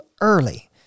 early